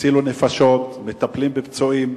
הצילו נפשות, מטפלים בפצועים,